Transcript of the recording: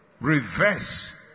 reverse